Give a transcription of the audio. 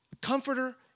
comforter